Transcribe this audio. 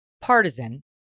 partisan